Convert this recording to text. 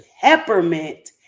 peppermint